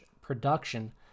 production